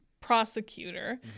prosecutor